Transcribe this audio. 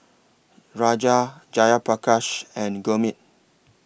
Raja Jayaprakash and Gurmeet